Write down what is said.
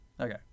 Okay